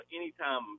anytime